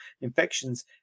infections